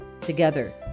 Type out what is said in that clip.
Together